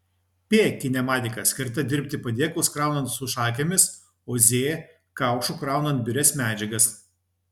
p kinematika skirta dirbti padėklus kraunant su šakėmis o z kaušu kraunant birias medžiagas